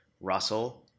Russell –